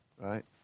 right